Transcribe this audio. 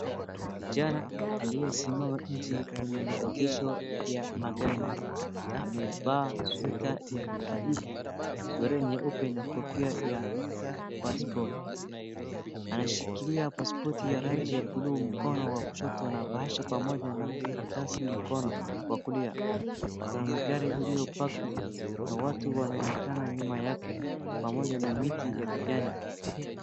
Kijana aliyesimama nje kwenye maegesho ya magari. Amevaa sweta ya kijivu, surali nyeupe na kofia ya baseball . Anashikilia pasipoti ya rangi ya blue mkono wa kushoto na pamoja na karatasi mkono wa kulia. Kuna magari iliyopaki na watu wanaonekana nyuma yake pamoja na miti ya kijani.